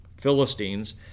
Philistines